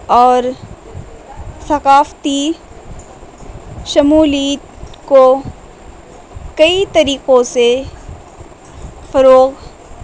اور ثقافتی شمولیت کو کئی طریقوں سے فروغ